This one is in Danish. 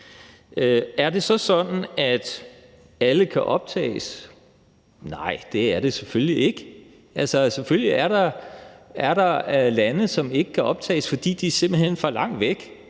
Er det så sådan, at alle kan optages? Nej, det er det selvfølgelig ikke. Altså, selvfølgelig er der lande, som ikke kan optages, fordi de simpelt hen er for langt væk